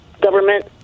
government